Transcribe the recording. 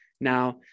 Now